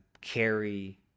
carry